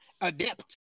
adept